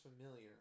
familiar